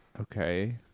okay